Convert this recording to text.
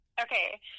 Okay